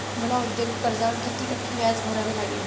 मला औद्योगिक कर्जावर किती टक्के व्याज भरावे लागेल?